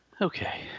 Okay